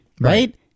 right